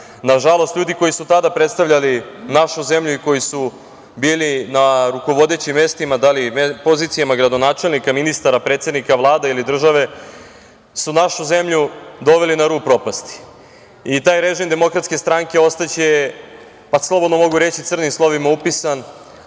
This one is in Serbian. dinara. Nažalost, ljudi koji su tada predstavljali našu zemlju i koji su bili na rukovodećim mestima, da li pozicijama gradonačelnika, ministara, predsednika Vlade ili države, su našu zemlju doveli na rub propasti. Taj režim Demokratske stranke ostaće, slobodno mogu reći, crnim slovima upisan